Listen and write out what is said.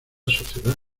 sociedad